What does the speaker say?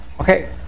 Okay